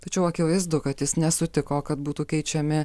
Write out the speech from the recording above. tačiau akivaizdu kad jis nesutiko kad būtų keičiami